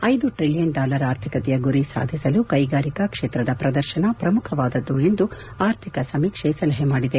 ಐದು trillion dollar ಆರ್ಥಿಕತೆಯ ಗುರಿ ಸಾಧಿಸಲು ಕೈಗಾರಿಕಾ ಕ್ಷೇತ್ರದ ಪ್ರದರ್ಶನ ಪ್ರಮುಖವಾದದ್ದು ಎಂದು ಆರ್ಥಿಕ ಸಮೀಕ್ಷೆ ಸಲಹೆ ಮಾಡಿದೆ